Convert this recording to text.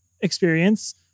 experience